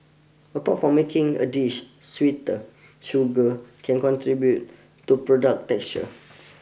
apart from making a dish sweeter sugar can contribute to product's texture